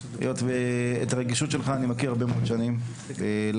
היות שאת הרגישות שלך אני מכיר הרבה מאוד שנים לכלל,